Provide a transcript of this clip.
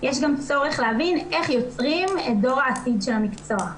יש גם צורך להבין איך יוצרים את דור העתיד של המקצוע.